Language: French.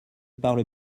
parle